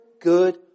good